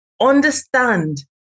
understand